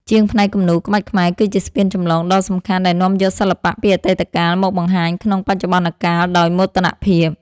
ជាងផ្នែកគំនូរក្បាច់ខ្មែរគឺជាស្ពានចម្លងដ៏សំខាន់ដែលនាំយកសិល្បៈពីអតីតកាលមកបង្ហាញក្នុងបច្ចុប្បន្នកាលដោយមោទនភាព។